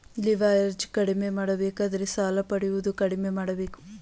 leverage ಕಡಿಮೆ ಮಾಡಬೇಕಾದರೆ ಸಾಲ ಪಡೆಯುವುದು ಕಡಿಮೆ ಮಾಡಬೇಕು